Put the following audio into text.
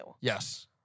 Yes